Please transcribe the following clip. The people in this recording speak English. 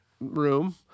room